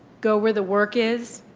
go where the work is.